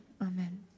amen